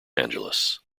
angeles